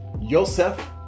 Yosef